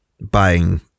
buying